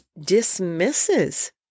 dismisses